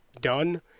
done